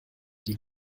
die